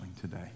today